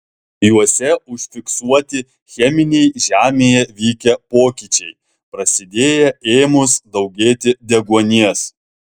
juose užfiksuoti cheminiai žemėje vykę pokyčiai prasidėję ėmus daugėti deguonies